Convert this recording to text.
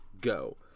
go